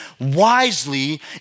wisely